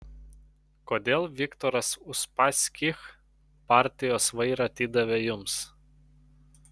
kodėl viktoras uspaskich partijos vairą atidavė jums